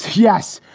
yes.